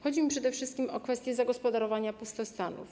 Chodzi mi przede wszystkim o kwestie zagospodarowania pustostanów.